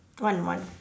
one one